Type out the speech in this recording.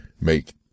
make